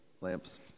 Lamps